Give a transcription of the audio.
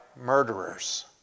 murderers